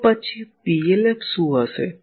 તો પછી PLF શું હશે